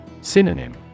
Synonym